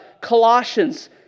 Colossians